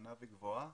קטנה וגבוהה,